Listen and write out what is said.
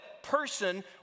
person